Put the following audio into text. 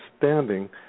standing